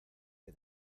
que